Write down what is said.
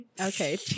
okay